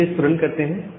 आइए इसको रन करते हैं